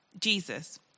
Jesus